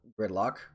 Gridlock